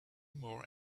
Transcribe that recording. more